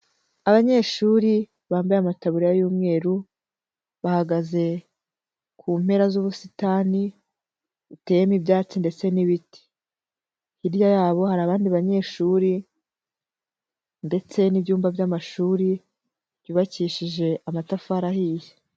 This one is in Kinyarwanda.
Abanyeshuri bambaye amataburiya y'umweru, bahagaze ku mpera z'ubusitani butemo ibyatsi ndetse n'ibiti, hirya yabo hari abandi banyeshuri, ndetse n'ibyumba by'amashuri, byubakishije amatafari ahiye.